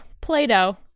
Play-Doh